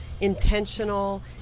intentional